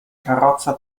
carrozza